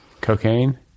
cocaine